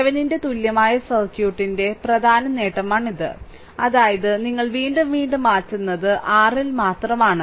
തെവെനിന്റെ തുല്യമായ സർക്യൂട്ടിന്റെ പ്രധാന നേട്ടമാണിത് അതായത് നിങ്ങൾ വീണ്ടും വീണ്ടും മാറ്റുന്നത് RL മാത്രമാണ്